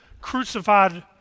crucified